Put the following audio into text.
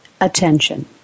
attention